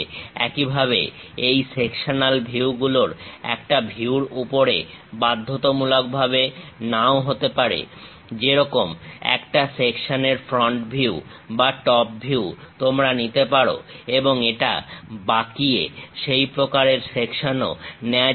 একইভাবে এই সেকশনাল ভিউগুলো একটা ভিউর উপরে বাধ্যতামূলকভাবে নাও হতে পারে যেরকম একটা সেকশনের ফ্রন্ট ভিউ বা টপ ভিউ তোমরা নিতে পারো এবং এটা বাঁকিয়ে সেই প্রকারের সেকশনও নেওয়া যেতে পারে